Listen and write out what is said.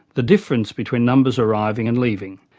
the difference between numbers arriving and leaving.